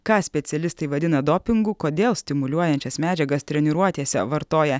ką specialistai vadina dopingu kodėl stimuliuojančias medžiagas treniruotėse vartoja